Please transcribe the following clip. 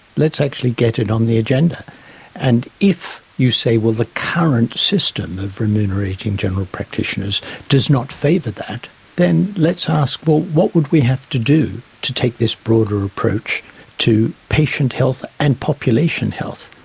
let's actually get it on the agenda and if you say well the current system of remunerating general practitioners does not favour that then let's ask well what would we have to do to take this broader approach to patient health and population health?